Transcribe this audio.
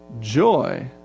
joy